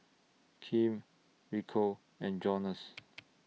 Kim Rico and Jonas